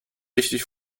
richtig